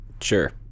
Sure